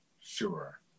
sure